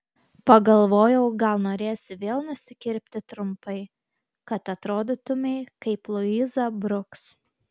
pagalvojau gal norėsi vėl nusikirpti trumpai kad atrodytumei kaip luiza bruks